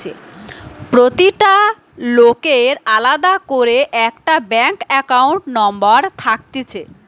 প্রতিটা লোকের আলদা করে একটা ব্যাঙ্ক একাউন্ট নম্বর থাকতিছে